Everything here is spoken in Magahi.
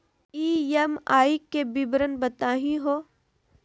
ई.एम.आई के विवरण बताही हो?